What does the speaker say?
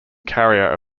carrier